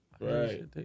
Right